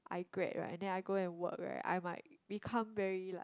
I grad right then I go and work right I might become very like